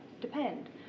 depend